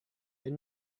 and